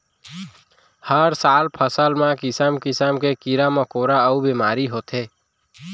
हर साल फसल म किसम किसम के कीरा मकोरा अउ बेमारी होथे